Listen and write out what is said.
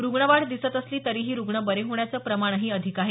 रुग्णवाढ दिसत असली तरीही रुग्ण बरे होण्याचं प्रमाणही अधिक आहे